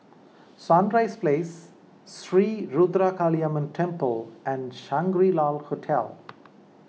Sunrise Place Sri Ruthra Kaliamman Temple and Shangri La Hotel